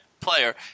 player